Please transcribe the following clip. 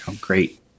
great